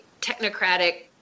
technocratic